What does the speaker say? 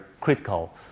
critical